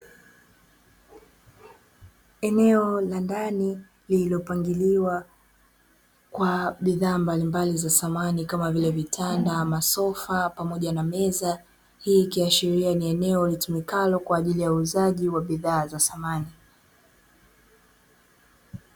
Eneo la ndani lililopangiliwa kwa bidhaa mbalimbali za samani kama vile: vitanda, masofa pamoja meza. Hii ikiashiria ni eneo litumikalo kwa ajili ya uuzaji wa bidhaa za samani.